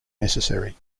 necessary